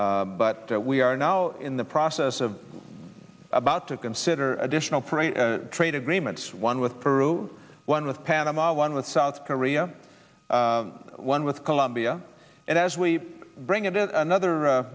but we are now in the process of about to consider additional for a trade agreements one with peru one with panama one with south korea one with colombia and as we bring it to another